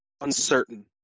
Uncertain